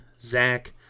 Zach